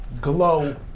GLOW